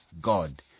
God